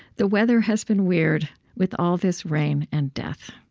the weather has been weird with all this rain and death